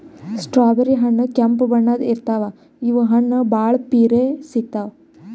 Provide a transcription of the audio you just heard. strawberry ಹಣ್ಣ್ ಕೆಂಪ್ ಬಣ್ಣದ್ ಇರ್ತವ್ ಇವ್ ಹಣ್ಣ್ ಭಾಳ್ ಪಿರೆ ಸಿಗ್ತಾವ್